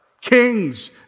Kings